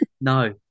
No